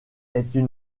était